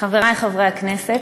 חברי חברי הכנסת,